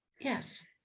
Yes